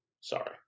Sorry